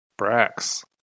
Brax